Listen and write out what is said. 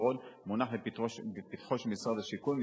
הפתרון מונח לפתחו של משרד השיכון,